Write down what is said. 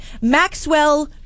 Maxwell